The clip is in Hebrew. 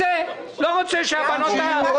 ובטח גם בני ביטון כאן, מולי -- -יהיה בבעיה.